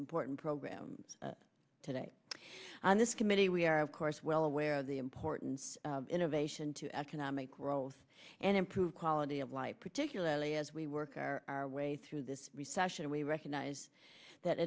important program today on this committee we are of course well aware of the importance of innovation to economic growth and improve quality of life particularly as we work our way through this recession we recognize that